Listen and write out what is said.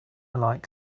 like